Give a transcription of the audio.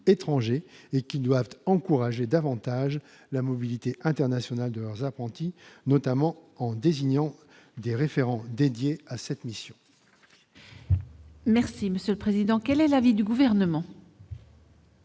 et qu'ils doivent encourager davantage la mobilité internationale de leurs apprentis, notamment en désignant des référents dédiés à cette mission. Quel est l'avis du Gouvernement ?